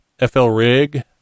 flrig